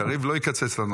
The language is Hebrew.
קריב לא יקצץ לנו.